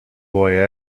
boy